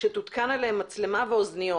שתותקן עליהן מצלמה ואוזניות".